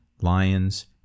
lions